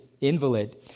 invalid